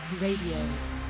Radio